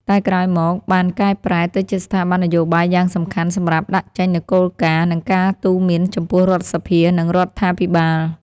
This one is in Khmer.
តែក្រោយមកបានកែប្រែទៅជាស្ថាប័ននយោបាយយ៉ាងសំខាន់សម្រាប់ដាក់ចេញនូវគោលការណ៍ និងការទូន្មានចំពោះរដ្ឋសភា និងរដ្ឋាភិបាល។